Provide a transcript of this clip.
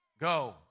Go